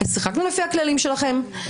שיחקנו לפי הכללים שלכם.